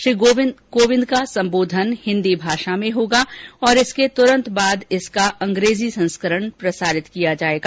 श्री कोविंद का संबोधन हिन्दी भाषा में होगा और इसके तुरंत बाद इसका अंग्रेजी संस्करण प्रसारित किया जाएगा